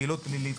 פעילות פלילית,